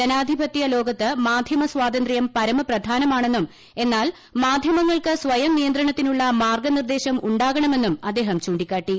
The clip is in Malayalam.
ജനാധിപത്യ ലോകത്ത് മാധ്യമ സ്വാതന്ത്ര്യം പരമ പ്രധാനമാണെന്നും എന്നാൽ മാധ്യമങ്ങൾക്ക് സിയ്ം നിയന്ത്രണത്തിനുള്ള മാർഗ നിർദ്ദേശം ഉണ്ടാകണമെന്നും അദ്ദേഹം ചൂണ്ടിക്കാട്ടി